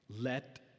let